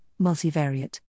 multivariate